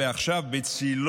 ועכשיו, בצילו